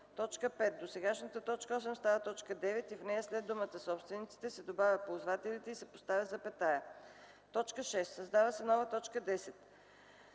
т. 8. 5. Досегашната т. 8 става т. 9 и в нея след думата „собствениците” се добавя „ползвателите” и се поставя запетая. 6. Създава се нова т. 10: